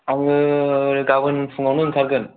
आङो गाबोन फुङावनो ओंखारगोन